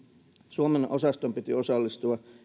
suomen osaston piti osallistua